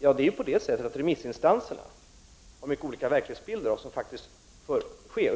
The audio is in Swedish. Men remissinstanserna har mycket olika verklighetsbilder av vad som faktiskt sker.